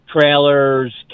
trailers